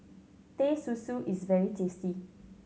Teh Susu is very tasty